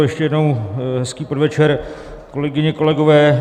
Ještě jednou hezký podvečer, kolegyně, kolegové.